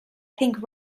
think